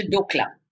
Doklam